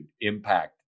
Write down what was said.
impact